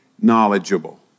knowledgeable